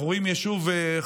אנחנו רואים את היישוב חורה,